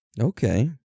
Okay